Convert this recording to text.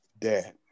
dad